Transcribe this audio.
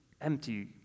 empty